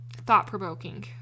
thought-provoking